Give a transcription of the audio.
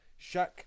Shaq